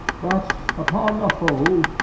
but upon the whole,